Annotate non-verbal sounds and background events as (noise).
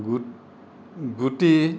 (unintelligible) গুটি